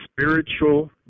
spiritual